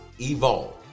evolve